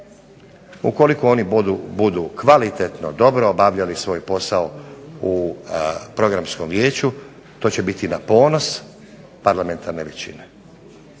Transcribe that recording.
Ukoliko oni budu kvalitetno, dobro obavljali svoj posao u Programskom vijeću to će biti na ponos parlamentarne većine.